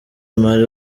mali